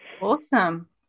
Awesome